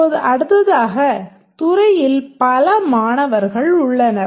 இப்போது அடுத்ததாக துறையில் பல மாணவர்கள் உள்ளனர்